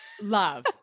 Love